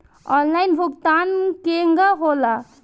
Online भुगतान केगा होला?